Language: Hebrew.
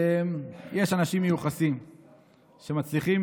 יש אנשים מיוחסים שמצליחים